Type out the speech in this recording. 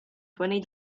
twenty